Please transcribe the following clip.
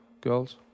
girls